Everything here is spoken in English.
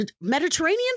Mediterranean